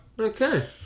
Okay